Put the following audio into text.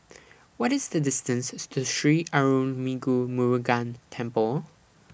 What IS The distance to Sri Arulmigu Murugan Temple